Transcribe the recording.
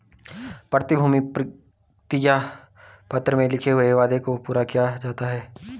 प्रतिभूति प्रतिज्ञा पत्र में लिखे हुए वादे को पूरा किया जाता है